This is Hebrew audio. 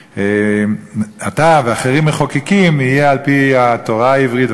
אתה ואחרים מחוקקים יהיו על-פי התורה העברית,